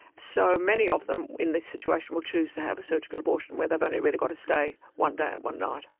so, many of them in this situation will choose to have a surgical abortion where they've only really got to stay one day and one night.